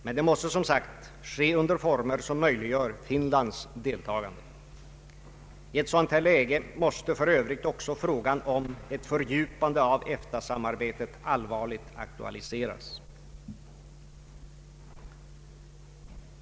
Men detta måste, som sagt, ske under former som möjliggör Finlands deltagande. I ett sådant här läge måste för övrigt också frågan om ett fördjupande av EFTA-samarbetet allvarligt aktualiseras.